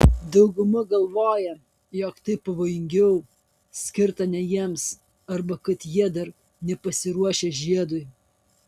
dauguma galvoja jog tai pavojingiau skirta ne jiems arba kad jie dar nepasiruošę žiedui